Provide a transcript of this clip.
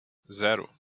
zero